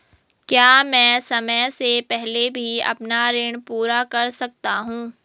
क्या मैं समय से पहले भी अपना ऋण पूरा कर सकता हूँ?